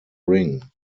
ring